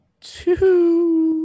two